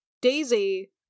Daisy